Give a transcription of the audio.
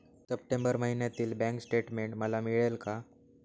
September महिन्यातील bank statement मला मिळेल का?